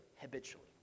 habitually